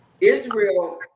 israel